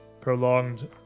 prolonged